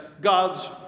God's